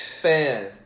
fan